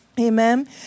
Amen